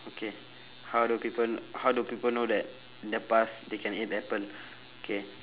okay how do people how do people know that in the past they can eat apple K